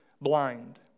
blind